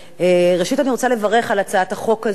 ראשית אני רוצה לברך על הצעת החוק הזו.